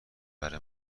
محور